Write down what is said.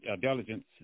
diligence